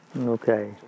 Okay